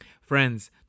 Friends